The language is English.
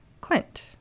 Clint